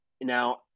Now